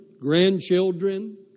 grandchildren